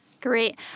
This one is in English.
Great